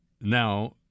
now